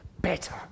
better